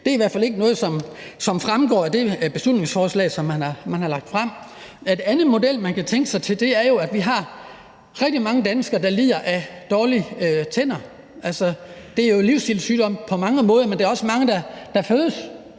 Det er i hvert fald ikke noget, som fremgår af det beslutningsforslag, som man har fremsat. En anden model, som man kunne forestille sig, er, at vi har rigtig mange danskere, der lider af dårlige tænder. Det er jo på mange måder en livsstilssygdom, men der er også mange, der, selv